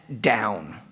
down